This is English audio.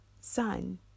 sun